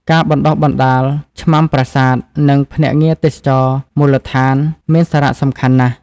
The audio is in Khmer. ការបណ្តុះបណ្តាលឆ្មាំប្រាសាទ និងភ្នាក់ងារទេសចរណ៍មូលដ្ឋានមានសារៈសំខាន់ណាស់។